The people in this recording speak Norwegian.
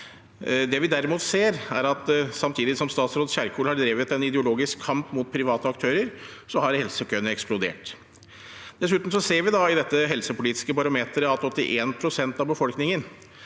Det vi derimot ser, er at samtidig som statsråd Kjerkol har drevet en ideologisk kamp mot private aktører, har helsekøene eksplodert. Vi ser dessuten i dette helsepolitiske barometeret at 81 pst. av befolkningen